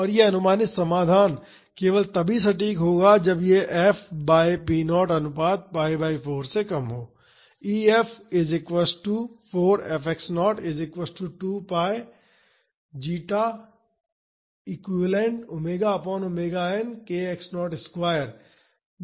और यह अनुमानित समाधान केवल तभी सटीक होता है जब यह F बाई p 0 अनुपात pi बाई 4 से कम हो